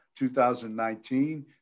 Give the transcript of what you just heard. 2019